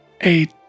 eight